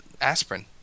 aspirin